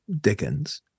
Dickens